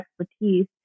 expertise